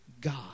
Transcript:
God